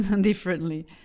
differently